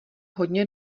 hodně